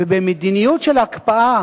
ובמדיניות של הקפאה